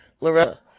Loretta